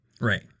Right